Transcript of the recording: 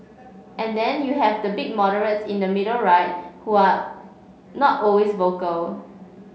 and then you have the big moderates in the middle right who are not always vocal